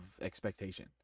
expectation